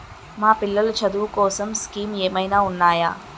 మా పిల్లలు చదువు కోసం స్కీమ్స్ ఏమైనా ఉన్నాయా?